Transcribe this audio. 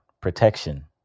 protection